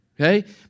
okay